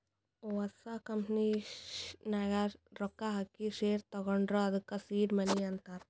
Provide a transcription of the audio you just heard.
ಹೊಸ ಕಂಪನಿ ನಾಗ್ ರೊಕ್ಕಾ ಹಾಕಿ ಶೇರ್ ತಗೊಂಡುರ್ ಅದ್ದುಕ ಸೀಡ್ ಮನಿ ಅಂತಾರ್